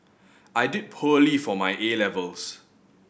I did poorly for my A levels